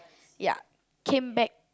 ya came back